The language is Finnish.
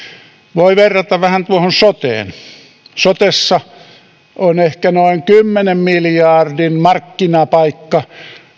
voi verrata vähän tuohon soteen sotessa on ehkä noin kymmenen miljardin markkinapaikka